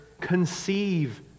conceive